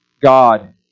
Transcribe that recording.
God